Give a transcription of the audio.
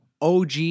OG